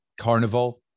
carnival